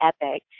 EPIC